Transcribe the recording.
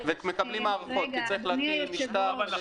מקבלים הארכות כי צריך להכין משטח ושירותי בנייה.